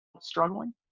struggling